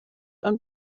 und